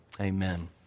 Amen